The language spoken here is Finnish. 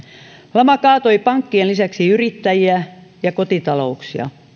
lama kaatoi pankkien lisäksi yrittäjiä ja kotitalouksia